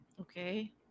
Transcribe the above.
Okay